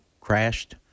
crashed